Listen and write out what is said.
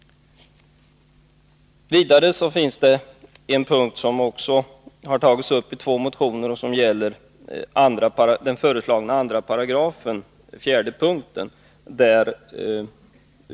En annan fråga, som också tagits upp i ett par motioner, gäller ett förslag beträffande 2 § i datalagen, fjärde punkten.